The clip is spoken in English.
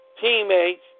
teammates